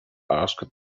asked